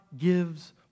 gives